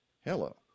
Hello